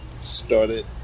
started